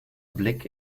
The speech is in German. blick